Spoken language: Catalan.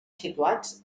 situats